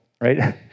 right